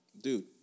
dude